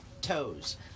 toes